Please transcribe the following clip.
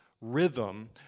rhythm